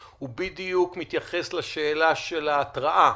הוא בדיוק מתייחס לשאלה של ההתראה.